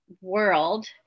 world